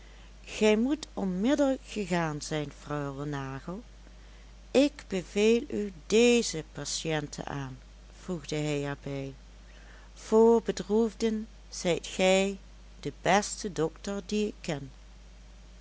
gij moet onmiddellijk gegaan zijn freule nagel ik beveel u deze patiënte aan voegde hij er bij voor bedroefden zijt gij de beste dokter die ik ken